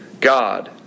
God